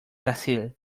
brasil